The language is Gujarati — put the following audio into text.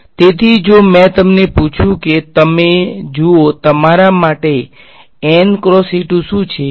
તેથી જો મેં તમને પૂછ્યું કે તમે જુઓ તમારા માટે શું છે